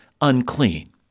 unclean